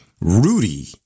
Rudy